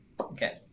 Okay